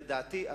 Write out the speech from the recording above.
לדעתי,